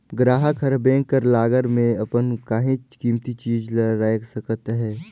गराहक हर बेंक कर लाकर में अपन काहींच कीमती चीज ल राएख सकत अहे